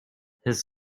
his